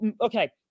okay